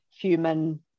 human